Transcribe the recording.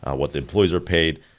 what the employees are paid,